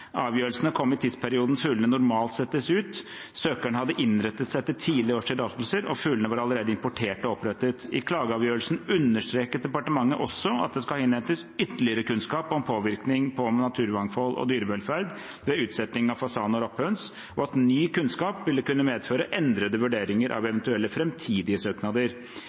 Avgjørelsene kom i tidsperioden fuglene normalt settes ut. Søkerne hadde innrettet seg etter tidligere års tillatelser, og fuglene var allerede importert og oppdrettet. I klageavgjørelsen understreket departementet også at det skal innhentes ytterligere kunnskap om påvirkning på naturmangfold og dyrevelferd ved utsetting av fasan og rapphøns, og at ny kunnskap ville kunne medføre endrede vurderinger av eventuelle framtidige søknader.